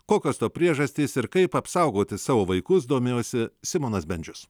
kokios to priežastys ir kaip apsaugoti savo vaikus domėjosi simonas bendžius